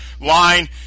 line